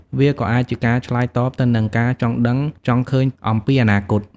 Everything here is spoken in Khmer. វាក៏អាចជាការឆ្លើយតបទៅនឹងការចង់ដឹងចង់ឃើញអំពីអនាគត។